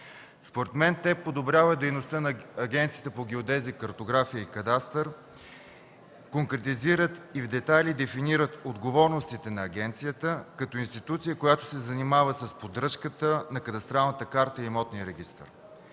Според мен те подобряват дейността на Агенцията по геодезия, картография и кадастър, конкретизират и в детайли дефинират отговорностите на агенцията като институция, която се занимава с поддръжката на кадастралната карта и имотния регистър.